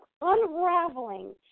unraveling